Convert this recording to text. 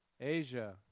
Asia